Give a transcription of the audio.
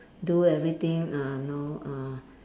do everything uh know uh